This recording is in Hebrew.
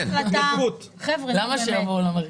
למה שיבואו למרכז?